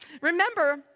Remember